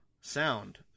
sound